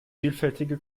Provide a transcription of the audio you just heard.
vielfältige